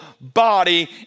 body